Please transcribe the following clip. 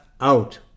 out